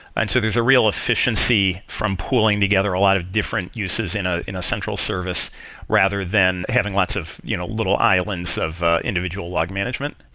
and so there's a real efficiency from pulling together a lot of different uses in ah in a central service rather than having lots of you know little islands of individual log management.